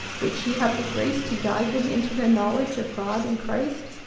would she have the grace to guide them into the knowledge of god in christ?